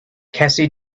cassie